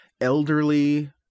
elderly